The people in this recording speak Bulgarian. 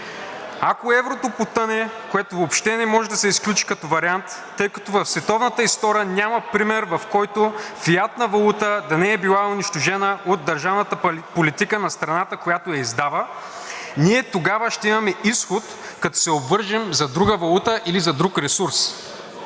Ако еврото потъне, което въобще не може да се изключи като вариант, тъй като в световната история няма пример, в който фиатна валута да не е била унищожена от държавната политика на страната, която я издава, ние тогава ще имаме изход, като се обвържем за друга валута или за друг ресурс,